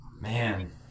Man